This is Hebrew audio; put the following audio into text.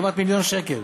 כמעט מיליון שקל.